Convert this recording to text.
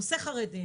נושא חרדים